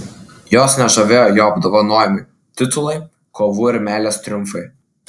jos nežavėjo jo apdovanojimai titulai kovų ir meilės triumfai